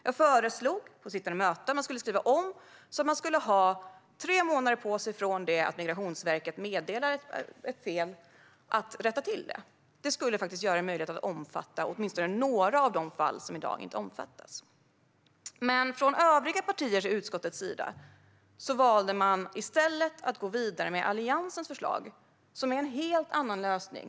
Jag föreslog på sittande möte att propositionen skulle skrivas om så att man skulle ha tre månader på sig att rätta till ett fel från det att Migrationsverket meddelade felet. Det skulle faktiskt göra det möjligt att omfatta åtminstone några av de fall som i dag inte omfattas. Men övriga partier i utskottet valde i stället att gå vidare med Alliansens förslag som innebär en helt annan lösning.